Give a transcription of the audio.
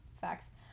Facts